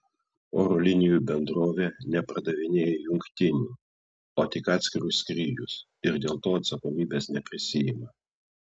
oro linijų bendrovė nepardavinėja jungtinių o tik atskirus skrydžius ir dėl to atsakomybės neprisiima